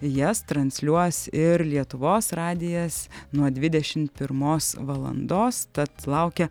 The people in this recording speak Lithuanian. jas transliuos ir lietuvos radijas nuo dvidešim pirmos valandos tad laukia